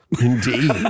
Indeed